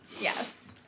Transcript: Yes